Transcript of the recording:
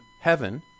heaven